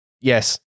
Yes